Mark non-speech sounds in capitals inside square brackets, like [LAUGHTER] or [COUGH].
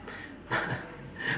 [LAUGHS]